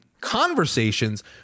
conversations